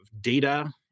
data